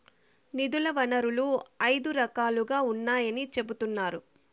నిధుల వనరులు ఐదు రకాలుగా ఉన్నాయని చెబుతున్నారు